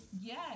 Yes